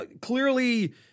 clearly